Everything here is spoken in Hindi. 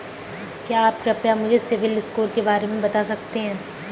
क्या आप कृपया मुझे सिबिल स्कोर के बारे में बता सकते हैं?